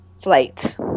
Flight